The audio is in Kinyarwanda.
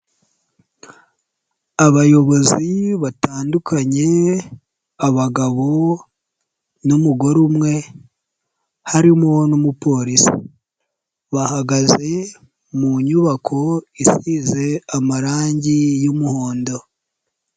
Abayobozi batandukanye abagabo n'umugore umwe harimo n'umupolisi, bahagaze mu nyubako isize amarangi y'umuhondo.